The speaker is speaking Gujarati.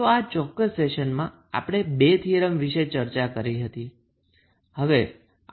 તો આ ચોક્કસ સેશનમાં આપણે 2 થીયરમ વિષે ચર્ચા કરલ હતી